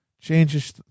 changes